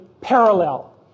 parallel